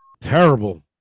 Terrible